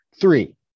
Three